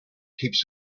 keeps